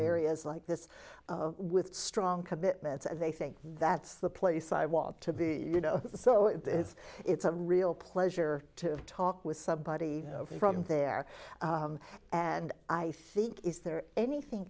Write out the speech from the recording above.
areas like this with strong commitments and they think that's the place i want to be you know so it is it's a real pleasure to talk with sub body from there and i think is there anything